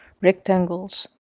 rectangles